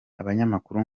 abanyamakuru